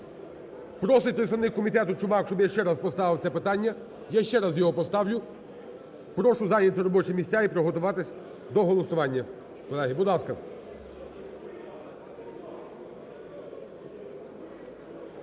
Просить представник комітету Чумак, щоб я ще раз поставив це питання. Я ще раз його поставлю. Прошу зайняти робочі місця і приготуватися до голосування,